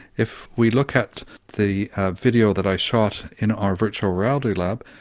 if we look at the video that i shot in our virtual reality lab,